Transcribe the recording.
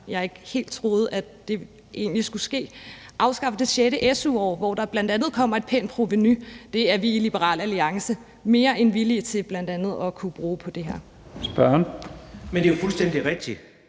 jeg ikke helt troede, at det egentlig skulle ske – afskaffet det sjette su-år år, hvor der bl.a. kommer et pænt provenu. Det er vi i Liberal Alliance mere end villige til bl.a. at kunne bruge på det her. Kl. 18:48 Første næstformand (Leif